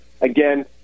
again